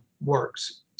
works